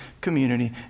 community